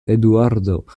eduardo